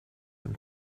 them